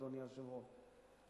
אדוני היושב-ראש,